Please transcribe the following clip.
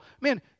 Man